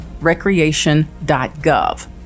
recreation.gov